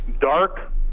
dark